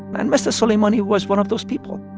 and mr. soleimani was one of those people.